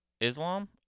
Islam